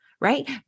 right